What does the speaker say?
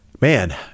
man